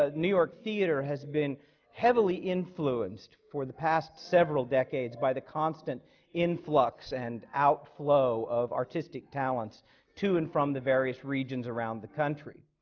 ah new york theatre has been heavily influenced for the past several decades by the constant influx and outflow of artistic talents to and from the various regions around the country.